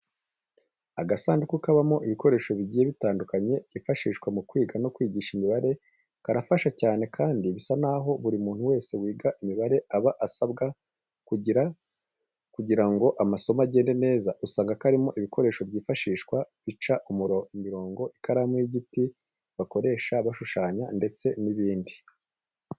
Agasanduku kabamo ibikoresho bigiye bitandukanye byifashishwa mu kwiga no kwigisha imibare, karafasha cyane kandi bisa naho buri muntu wese wiga imibare aba asabwa kukagira kugira ngo amasomo agende neza. Usanga karimo ibikoresho byifashishwa baca imirongo, ikaramu y'igiti bakoresha bashushanya ndetse n'ibindi.